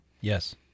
yes